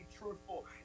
truthful